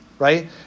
Right